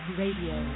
radio